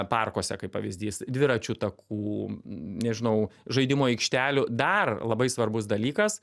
parkuose kaip pavyzdys dviračių takų nežinau žaidimo aikštelių dar labai svarbus dalykas